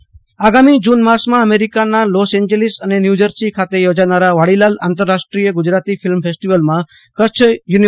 professor short film આગામી June માસમાં અમેરિકાના લોસ એન્જેલીસ અને ન્યુ જર્સી ખાતે યોજાનારા વાડીલાલ આંતરરાષ્ટ્રીય ગુજરી ફિલ્મ ફેસ્ટીવલમાં કચ્છ યુની